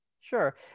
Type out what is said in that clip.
Sure